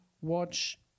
watch